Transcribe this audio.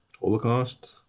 Holocaust